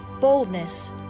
boldness